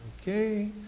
Okay